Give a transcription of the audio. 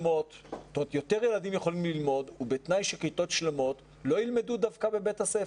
יותר ילדים יכולים ללמוד ובתנאי שכיתות שלמות לא ילמדו דווקא בבית הספר.